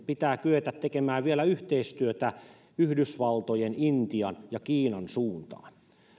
pitää kyetä tekemään vielä yhteistyötä yhdysvaltojen intian ja kiinan suuntaan